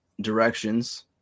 directions